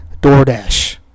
DoorDash